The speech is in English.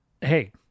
hey